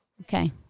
Okay